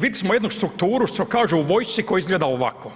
Vidjeli smo jednu strukturu što kažu u vojsci koja izgleda ovako,